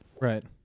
Right